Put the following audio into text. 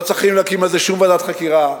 לא צריכים להקים על זה שום ועדת חקירה,